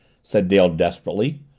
said dale desperately.